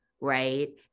right